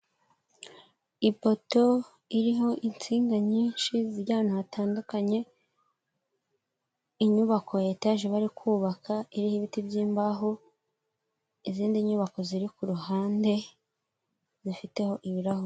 Ipoto iriho insinga nyinshi zijyana ahantu hatandukanye , inyubako ya etage bari kubaka iriho ibiti by'imbaho , izindi nyubako ziri ku ruhande zifiteho ibirahure.